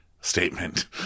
statement